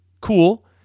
cool